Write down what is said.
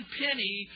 penny